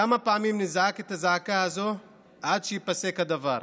כמה פעמים נזעק את הזעקה הזו עד שייפסק הדבר?